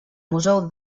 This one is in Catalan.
museu